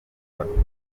batware